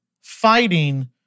fighting